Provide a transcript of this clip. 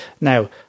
Now